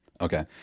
okay